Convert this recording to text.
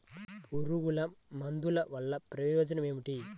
పురుగుల మందుల వల్ల ప్రయోజనం ఏమిటీ?